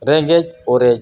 ᱨᱮᱸᱜᱮᱡ ᱚᱨᱮᱡ